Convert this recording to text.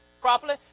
properly